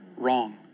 wrong